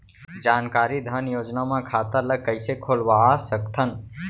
जानकारी धन योजना म खाता ल कइसे खोलवा सकथन?